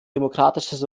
demokratisches